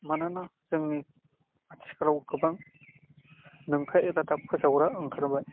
मानोना जोंनि आथिखालाव गोबां नंखाय रादाब फोसावग्रा ओंखारबाय